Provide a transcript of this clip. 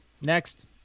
Next